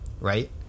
right